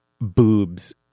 boobs